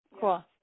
cool